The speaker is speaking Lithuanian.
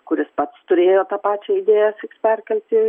kuris pats turėjo tą pačią idėją perkelti